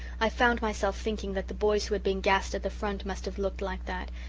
i found myself thinking that the boys who had been gassed at the front must have looked like that,